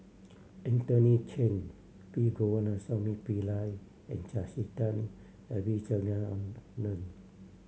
Anthony Chen P Govindasamy Pillai and Jacintha Abisheganaden